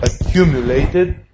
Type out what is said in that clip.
accumulated